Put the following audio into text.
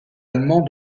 allemand